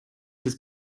his